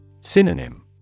Synonym